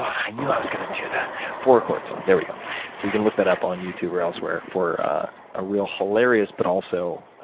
i knew i was gonna do that. four-chord song, there you go. so you can look that up on youtube or elsewhere for a real hilarious but also